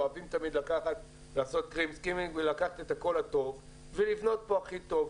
אוהבים לקחת ולעשות "פרינט סקרין" ולקחת את כל הטוב ולבנות פה הכי טוב.